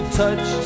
touch